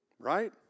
Right